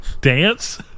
dance